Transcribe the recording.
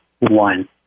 one